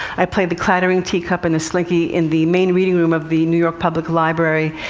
i played the clattering teacup and the slinky in the main reading room of the new york public library,